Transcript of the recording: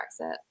Brexit